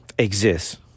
Exists